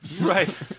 Right